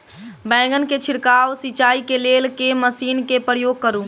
बैंगन केँ छिड़काव सिचाई केँ लेल केँ मशीन केँ प्रयोग करू?